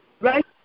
right